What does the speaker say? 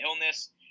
illness